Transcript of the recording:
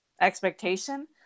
expectation